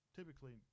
typically